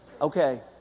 Okay